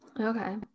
Okay